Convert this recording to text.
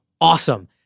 awesome